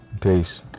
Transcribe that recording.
Peace